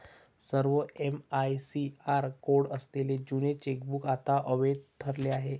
सर्व MICR code असलेले जुने चेकबुक आता अवैध ठरले आहे